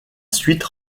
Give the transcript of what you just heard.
suite